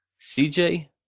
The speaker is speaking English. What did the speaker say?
CJ